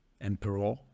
emperor